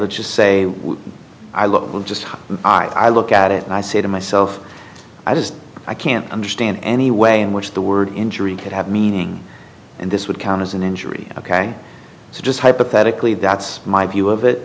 let's just say i look i'm just i look at it and i say to myself i just i can't understand any way in which the word injury could have meaning and this would count as an injury ok so just hypothetically that's my view of it